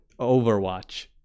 Overwatch